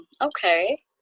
Okay